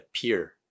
appear